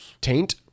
taint